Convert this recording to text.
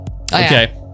okay